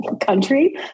country